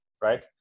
right